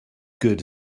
good